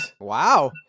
Wow